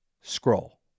Scroll